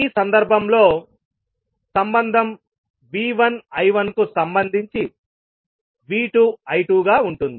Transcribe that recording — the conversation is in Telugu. ఈ సందర్భంలో సంబంధం V1 I1 కు సంబంధించి V2 I2 గా ఉంటుంది